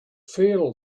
feel